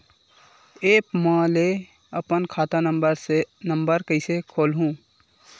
App म ले अपन खाता नम्बर कइसे खोलहु?